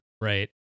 Right